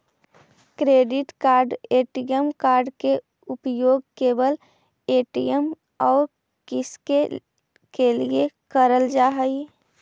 Credit card ATM card के उपयोग केवल ए.टी.एम और किसके के लिए करल जा है?